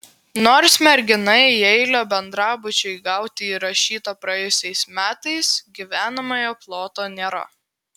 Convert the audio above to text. nors mergina į eilę bendrabučiui gauti įrašyta praėjusiais metais gyvenamojo ploto nėra